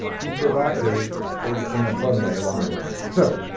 being provocative in a fun way along the way. so,